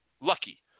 lucky